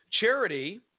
Charity